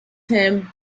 him